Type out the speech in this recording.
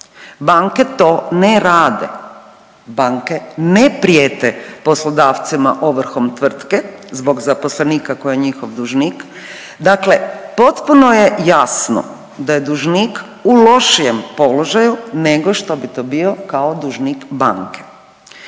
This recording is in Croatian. Banke to ne rade, banke ne prijete poslodavcima ovrhom tvrtke zbog zaposlenika koji je njihov dužnik. Dakle, potpuno je jasno da je dužnik u lošijem položaju nego što bi to bio kao dužnik banke.